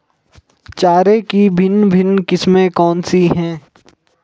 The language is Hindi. चारे की भिन्न भिन्न किस्में कौन सी हैं?